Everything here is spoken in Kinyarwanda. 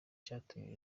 catumye